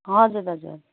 हजुर दाजु